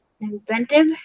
inventive